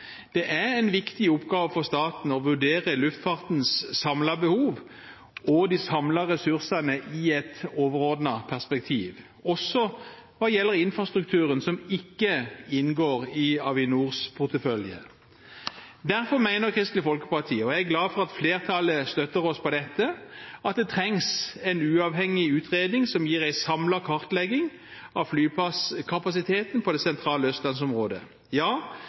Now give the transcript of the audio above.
Det er en viktig oppgave for staten å vurdere luftfartens samlede behov og de samlede ressursene i et overordnet perspektiv, også hva gjelder infrastrukturen som ikke inngår i Avinors portefølje. Derfor mener Kristelig Folkeparti, og jeg er glad for at flertallet støtter oss på dette, at det trengs en uavhengig utredning som gir en samlet kartlegging av flyplasskapasiteten i det sentrale østlandsområdet. Ja,